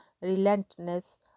relentless